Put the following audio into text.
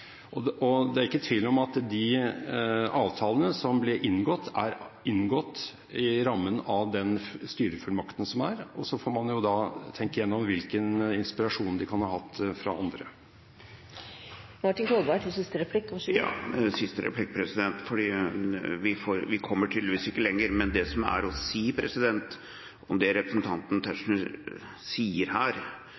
Det er ikke tvil om at de avtalene som ble inngått, er inngått i rammen av den styrefullmakten som er. Så får man tenke gjennom hvilken inspirasjon de kan ha hatt fra andre. Martin Kolberg – til siste replikk. Ja, siste replikk, for vi kommer tydeligvis ikke lenger. Men det som er å si om det representanten Tetzschner sier her,